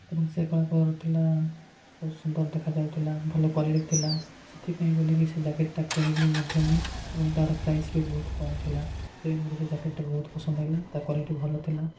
ଏବଂ ସେ କଳା କଲର୍ର ଥିଲା ବହୁତ ସୁନ୍ଦର ଦେଖାଯାଉଥିଲା ଭଲ କ୍ଵାଲିଟି ଥିଲା ସେଥିପାଇଁ ବୋଲିକି ସେ ଜ୍ୟାକେଟ୍ଟା କିଣିଲି ମଧ୍ୟ ମୁଁ ଏବଂ ତା'ର ପ୍ରାଇସ୍ ବି ବହୁତ କମ୍ ଥିଲା ସେଥିପାଇଁ ମୋତେ ସେ ଜ୍ୟାକେଟ୍ଟା ବହୁତ ପସନ୍ଦ ହେଲା ତା କ୍ଵାଲିଟି ଭଲ ଥିଲା